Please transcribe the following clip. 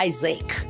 Isaac